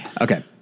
Okay